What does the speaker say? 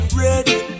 ready